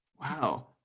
Wow